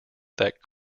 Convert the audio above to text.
that